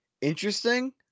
Interesting